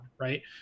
right